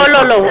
לא, לא, לא.